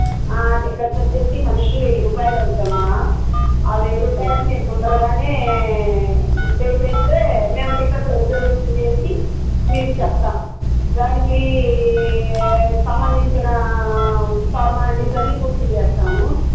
tickets వచ్చేసి మనిషికి వెయ్యి రూపాయలు అవుతుందమ్మా ఆ వెయ్యి రూపాయలు మీరు ముందుగానే పే చేస్తే మేము టిక్కెట్లు రిజర్వేషన్ చేసి మీకు చెప్తాము దానికి సంబంధించిన ఫార్మాలిటీస్ అన్నీ పూర్తి చేస్తాము